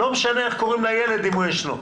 לא משנה איך קוראים לילד אם הוא ישנו.